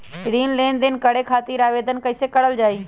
ऋण लेनदेन करे खातीर आवेदन कइसे करल जाई?